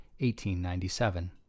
1897